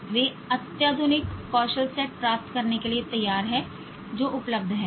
वे अत्याधुनिक कौशल सेट प्राप्त करने के लिए तैयार हैं जो उपलब्ध हैं